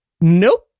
Nope